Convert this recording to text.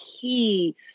key